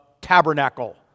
tabernacle